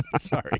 Sorry